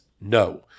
no